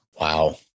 Wow